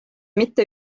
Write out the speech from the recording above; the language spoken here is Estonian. mitte